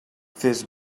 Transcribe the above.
fes